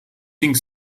think